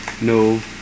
No